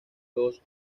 dos